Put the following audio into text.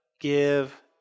give